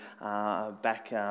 back